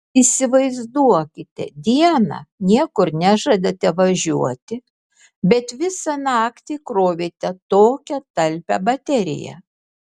įsivaizduokite dieną niekur nežadate važiuoti bet visą naktį krovėte tokią talpią bateriją